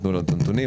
ייתנו לה את הנתונים.